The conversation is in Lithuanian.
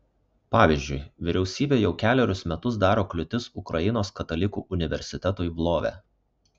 pavyzdžiui vyriausybė jau kelerius metus daro kliūtis ukrainos katalikų universitetui lvove